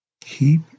Keep